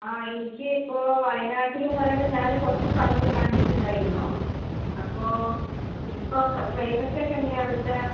ആ എനിക്ക് ഇപ്പോൾ വയനാട്ടിൽ എന്ന് പറയുമ്പോൾ ഞാൻ കുറച്ച് സ്ഥലങ്ങൾ കണ്ടിട്ടുണ്ടായിരുന്നു അപ്പോൾ ഇപ്പോൾ ക്ലൈമറ്റ് ഒക്കെ എങ്ങനെയാണ് അവിടുത്തെ